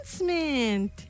announcement